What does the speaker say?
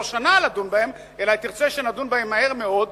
שנה לדון בהן אלא היא תרצה שנדון בהן מהר מאוד,